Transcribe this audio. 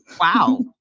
wow